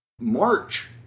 March